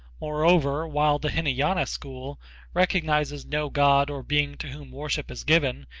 moreover, while the hinayana school recognizes no god or being to whom worship is given,